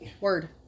Word